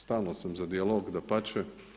Stalno sam za dijalog, dapače.